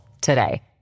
today